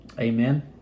Amen